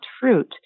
fruit